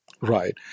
Right